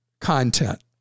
content